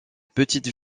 petite